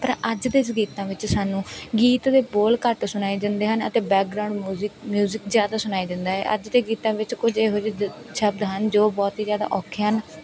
ਪਰ ਅੱਜ ਦੇ ਇਸ ਗੀਤਾਂ ਵਿੱਚ ਸਾਨੂੰ ਗੀਤ ਦੇ ਬੋਲ ਘੱਟ ਸੁਣਾਈ ਦਿੰਦੇ ਹਨ ਅਤੇ ਬੈਕਗਰਾਊਂਡ ਮਊਜਿਕ ਮਿਊਜਿਕ ਜ਼ਿਆਦਾ ਸੁਣਾਈ ਦਿੰਦਾ ਹੈ ਅੱਜ ਦੇ ਗੀਤਾਂ ਵਿੱਚ ਕੁਝ ਇਹੋ ਜਿਹੇ ਸ਼ਬਦ ਹਨ ਜੋ ਬਹੁਤ ਹੀ ਜ਼ਿਆਦਾ ਔਖੇ ਹਨ